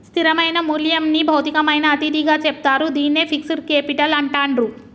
స్థిరమైన మూల్యంని భౌతికమైన అతిథిగా చెప్తారు, దీన్నే ఫిక్స్డ్ కేపిటల్ అంటాండ్రు